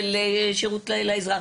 של שירות לאזרח,